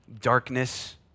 darkness